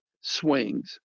swings